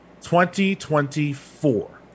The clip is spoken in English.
2024